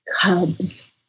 cubs